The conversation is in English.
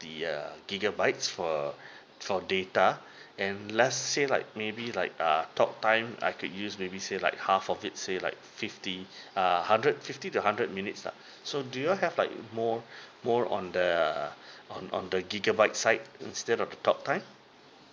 the uh gigabytes for for data and less say like maybe like err talk time I could use maybe say like half of it say like fifty err hundred fifty to hundred minutes lah so do you all have like more more on the on on the gigabyte site instead of talk time